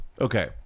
Okay